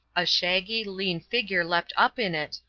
a shaggy, lean figure leapt up in it,